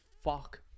fuck